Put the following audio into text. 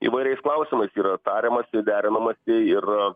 įvairiais klausimais yra tariamasi derinamasi ir